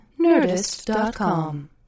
Nerdist.com